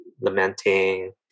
lamenting